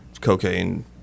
cocaine